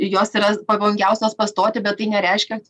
jos yra pavojingiausios pastoti bet tai nereiškia